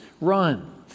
run